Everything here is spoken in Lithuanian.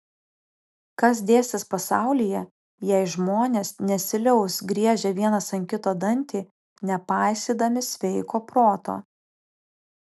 kas dėsis pasaulyje jei žmonės nesiliaus griežę vienas ant kito dantį nepaisydami sveiko proto